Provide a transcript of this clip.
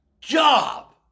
job